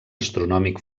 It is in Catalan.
astronòmic